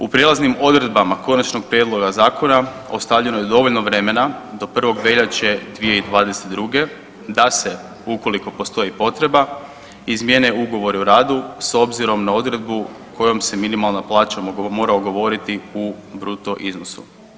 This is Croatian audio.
U prijelaznim odredbama konačnog prijedloga zakona ostavljeno je dovoljno vremena do 1. veljače 2022. da se ukoliko postoji potreba izmijene Ugovori o radu s obzirom na odredbu kojom se minimalna plaća mora ugovoriti u bruto iznosu.